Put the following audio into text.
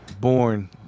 born